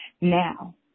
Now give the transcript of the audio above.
Now